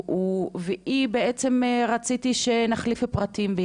ואני רציתי להחליף איתה פרטים,